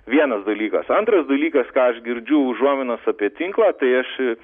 vienas dalykas antras dalykas ką aš girdžiu užuominas apie tinklapį aš